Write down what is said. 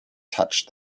touched